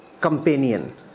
companion